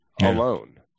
alone